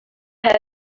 chair